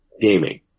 gaming